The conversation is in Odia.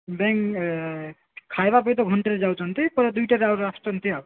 ବ୍ୟାଙ୍କ୍ ଖାଇବା ପାଇଁ ତ ଘଣ୍ଟେରେ ଯାଉଛନ୍ତି ପୁରା ଦୁଇଟାରେ ଆହୁରି ଆସୁଛନ୍ତି ଆଉ